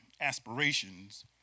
Aspirations